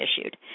issued